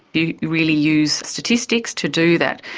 you really use statistics to do that.